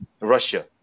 Russia